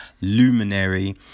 luminary